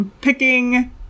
picking